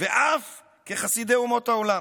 ואף חסידי אומות העולם,